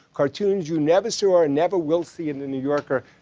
cartoons you never saw and never will see in the new yorker,